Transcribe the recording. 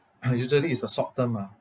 ah usually is a short term ah